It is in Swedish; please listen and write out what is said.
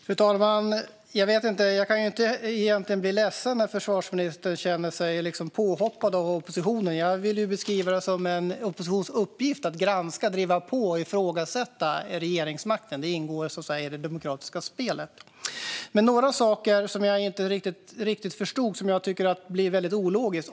Fru talman! Jag kan egentligen inte bli ledsen när försvarsministern känner sig påhoppad av oppositionen. Jag vill beskriva det som en oppositions uppgift att granska, driva på och ifrågasätta regeringsmakten. Detta ingår så att säga i det demokratiska spelet. Men det är några saker som jag inte riktigt förstod och som jag tycker blir väldigt ologiska.